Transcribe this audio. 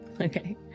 Okay